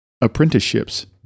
apprenticeships